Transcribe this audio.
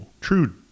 true